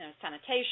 sanitation